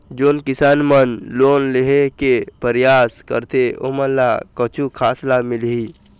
जोन किसान मन लोन लेहे के परयास करथें ओमन ला कछु खास लाभ मिलही?